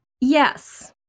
Yes